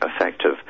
effective